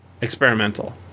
experimental